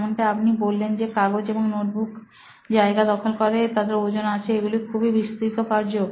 যেমনটা আপনি বললেন যে কাগজ এবং নোটবুক জায়গা দখল করে তাদের ওজন আছে এগুলো খুবই বিস্তৃত কার্য